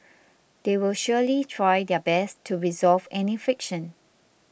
they will surely try their best to resolve any friction